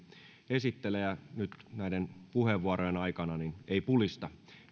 esittelee ja nyt näiden puheenvuorojen aikana ei pulista